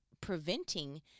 preventing